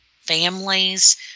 families